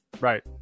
Right